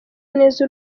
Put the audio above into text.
neza